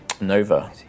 Nova